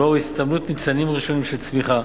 ולאור הסתמנות ניצנים ראשונים של צמיחה,